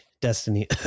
Destiny